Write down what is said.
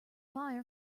fire